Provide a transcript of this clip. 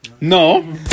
No